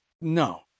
no